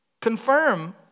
Confirm